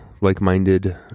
like-minded